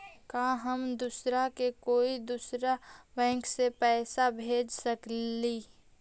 का हम दूसरा के कोई दुसरा बैंक से पैसा भेज सकिला?